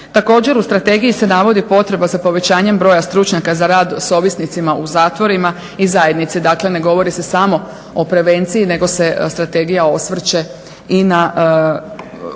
Također, u strategiji se navodi potreba za povećanjem broja stručnjaka za rad s ovisnicima u zatvorima i zajednici. Dakle, ne govori se samo o prevenciji nego se strategija osvrće i na